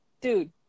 dude